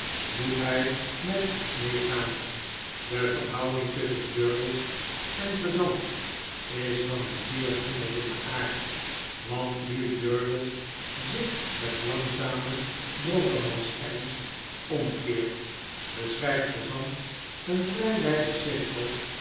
moet hy met ons mee gaan de verhouding tusschen durdels en gezant is van een zeer zonderlingen aard want nu durdels zich met langzamen dronkemansernst omkeert beschryft gezant een vrij wyden cirkel